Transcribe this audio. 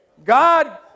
God